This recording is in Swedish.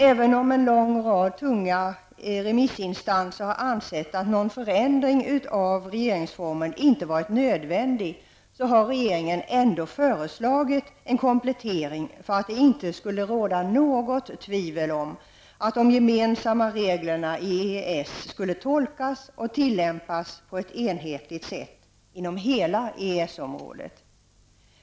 Trots att en lång rad tunga remissinstanser har ansett att någon förändring av regeringsformen inte varit nödvändig har regeringen ändå föreslagit en komplettering för att det inte skulle råda något tvivel om att de gemensamma reglerna i EES skulle tolkas och tillämpas på ett enhetligt sätt inom hela EES området.